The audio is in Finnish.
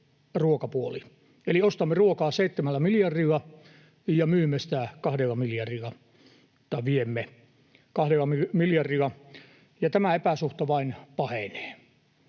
eli ostamme ruokaa seitsemällä miljardilla ja viemme sitä kahdella miljardilla, ja tämä epäsuhta vain pahenee.